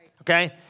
Okay